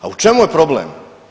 A u čemu je problem?